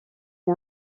est